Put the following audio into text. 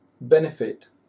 benefit